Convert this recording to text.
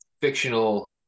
fictional